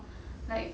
like